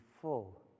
full